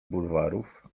bulwarów